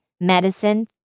medicine